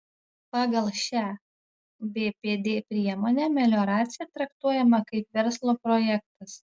pagal šią bpd priemonę melioracija traktuojama kaip verslo projektas